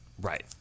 Right